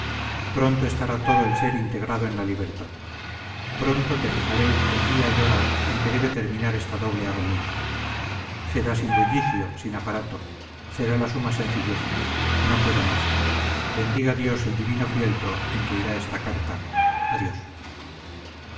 pronto estará todo el ser integrado en la libertad pronto te fijaré el día y hora en que debe terminar esta doble agonía será sin bullicio sin aparato será la suma sencillez no puedo más bendiga dios el divino fieltro en que irá esta carta adiós